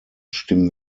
stimmen